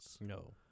No